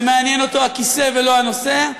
שמעניין אותו הכיסא ולא הנושא,